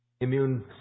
immune